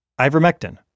Ivermectin